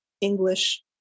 English